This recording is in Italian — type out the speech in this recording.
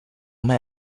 mai